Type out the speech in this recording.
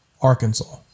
Arkansas